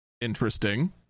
Interesting